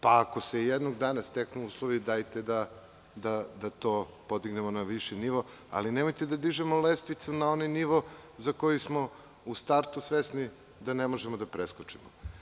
Pa ako se jednog dana steknu uslovi dajte da to podignemo na viši nivo, ali nemojte da dižemo lestvicu na onaj nivo za koji smo u startu svesni da ne možemo da preskočimo.